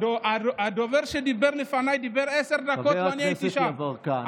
הדובר שדיבר לפניי דיבר עשר דקות ואני הייתי שם.